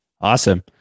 awesome